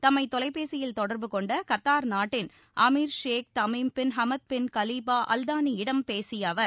தம்மை தொலைபேசியில் தொடர்பு கொண்ட கத்தார் நாட்டின் அமீர் Sheikh Tamim bin Hamad bin Khalifa Al தானியிடம் பேசிய அவர்